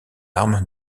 arme